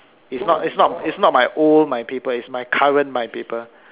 is not is not is not my old my paper is my current my paper